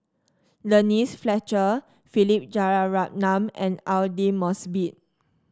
Denise Fletcher Philip Jeyaretnam and Aidli Mosbit